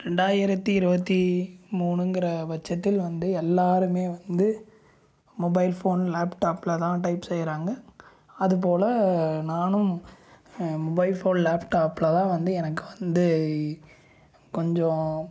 ரெண்டாயிரத்தி இருபத்தி மூணுங்கிற பட்சத்தில் வந்து எல்லோருமே வந்து மொபைல் ஃபோன் லேப்டாப்பில் தான் டைப் செய்கிறாங்க அதுபோல் நானும் மொபைல் ஃபோன் லேப்டாப்பில் தான் வந்து எனக்கு வந்து கொஞ்சம்